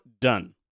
done